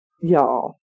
Y'all